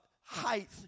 height